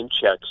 checks